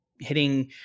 hitting